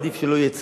עדיף שלא יהיה צו,